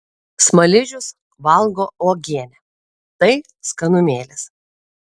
smaližius valgo uogienę tai skanumėlis